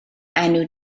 enw